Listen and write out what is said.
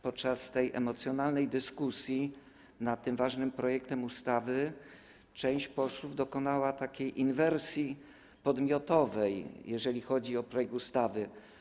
Podczas emocjonalnej dyskusji nad tym ważnym projektem ustawy część posłów dokonała inwersji podmiotowej, jeżeli chodzi o projekt ustawy.